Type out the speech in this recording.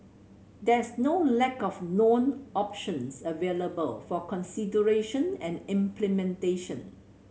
there's no lack of known options available for consideration and implementation